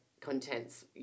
content's